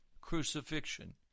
crucifixion